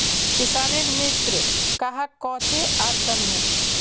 किसानेर मित्र कहाक कोहचे आर कन्हे?